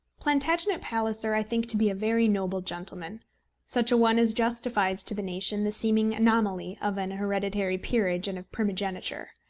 plantagenet palliser i think to be a very noble gentleman such a one as justifies to the nation the seeming anomaly of an hereditary peerage and of primogeniture.